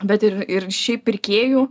bet ir ir šiaip pirkėjų